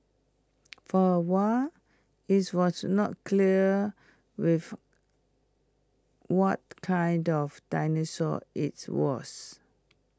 for A while IT was not clear with what kind of dinosaur IT was